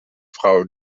frau